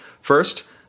First